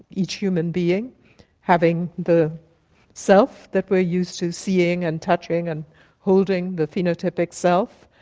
each human being having the self that we are used to seeing and touching and holding, the phenotypic self,